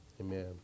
Amen